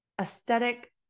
aesthetic